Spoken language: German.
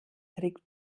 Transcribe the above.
trägt